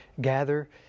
gather